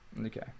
Okay